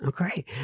okay